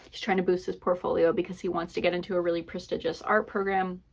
he's trying to boost his portfolio because he wants to get into a really prestigious art program,